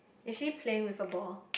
is she playing with her ball